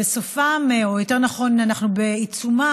וסופם, או יותר נכון אנחנו בעיצומם,